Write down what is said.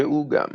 ראו גם